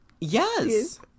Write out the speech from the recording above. Yes